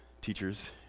Teachers